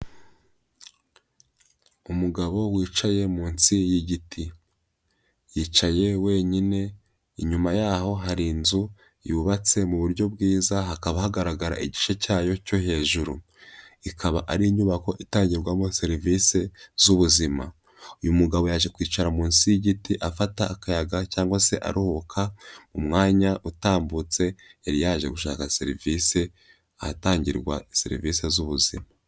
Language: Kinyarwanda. Umugabo wicaye munsi y'igiti, yicaye wenyine inyuma yaho hari inzu yubatse mu buryo bwiza, hakaba hagaragara igice cyayo cyo hejuru, ikaba ari inyubako itangirwamo serivisi zubuzima, uyu mugabo yaje kwicara munsi y'igiti afata akayaga cyangwa se aruhuka, umwanya utambutse yari yaje gushaka serivisi ahatangirwa serivisi z'ubuzima.